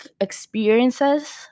experiences